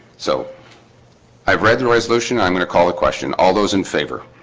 so i've read the resolution. i'm going to call a question all those in favor